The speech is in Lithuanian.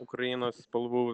ukrainos spalvų